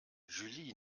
juli